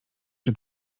czy